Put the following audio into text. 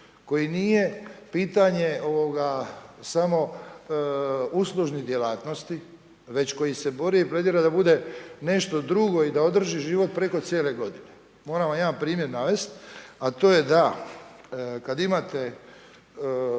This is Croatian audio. Koji nije pitanje samo uslužnih djelatnosti već koji se bori jedino da bude nešto drugo i da održi život preko cijele godine. Moram vam jedan primjer navesti a to je da kad imate